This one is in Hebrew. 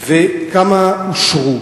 2. כמה אושרו?